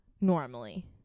normally